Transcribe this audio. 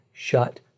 Shut